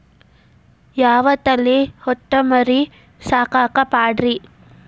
ಯಾವ ತಳಿ ಹೊತಮರಿ ಸಾಕಾಕ ಪಾಡ್ರೇ?